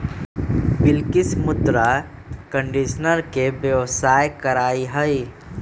बिलकिश मृदा कंडीशनर के व्यवसाय करा हई